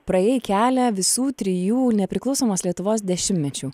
praėjai kelią visų trijų nepriklausomos lietuvos dešimtmečių